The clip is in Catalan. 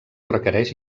requereix